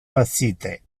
facite